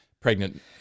pregnant